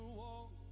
walk